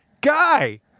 guy